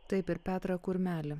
taip ir petrą kurmelį